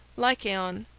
lycaon,